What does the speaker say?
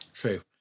True